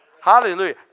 Hallelujah